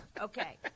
Okay